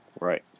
right